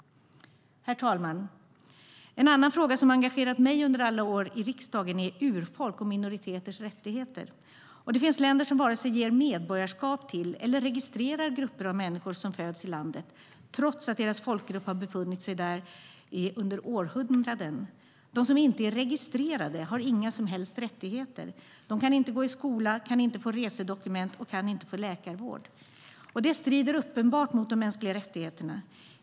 Herr talman! En annan fråga som engagerat mig under alla år i riksdagen är urfolks och minoriteters rättigheter. Det finns länder som varken ger medborgarskap till eller registrerar grupper av människor som föds i landet, trots att deras folkgrupp har befunnit sig där under århundraden. De som inte är registrerade har inga som helst rättigheter. De kan inte gå i skola, kan inte få resedokument och kan inte få läkarvård. Det strider uppenbart mot de mänskliga rättigheterna.